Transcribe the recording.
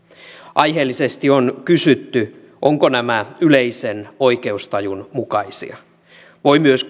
aiheellisesti on kysytty ovatko nämä yleisen oikeustajun mukaisia voi myös